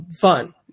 Fun